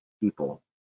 people